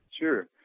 Sure